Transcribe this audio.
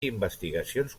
investigacions